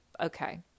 okay